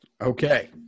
Okay